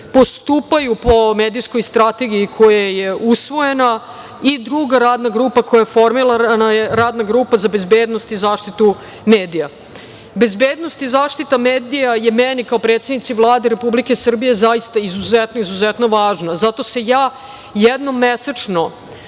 postupaju po medijskog strategiji koja je usvojena. Druga radna koja je formirana je Radna grupa za bezbednost i zaštitu medija. Bezbednost i zaštita medija je meni kao predsednici Vlade Republike Srbije zaista izuzetno, izuzetno važna. Zato se ja jednom mesečno